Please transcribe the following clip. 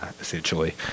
essentially